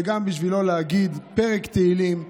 וגם בשבילו להגיד פרק תהילים.